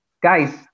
Guys